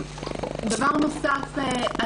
דבר נוסף,